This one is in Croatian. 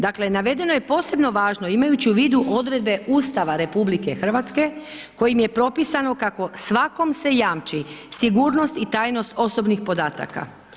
Dakle navedeno je posebno važno imajući u vidu odredbe Ustava RH kojim je propisano kako svakom se jamči sigurnost i tajnost osobnih podataka.